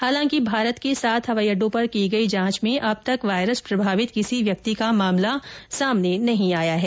हालांकि भारत के सात हवाईअड्डों पर की गई जांच में अब तक वायरस प्रभावित किसी व्यक्ति का मामला सामने नहीं आया है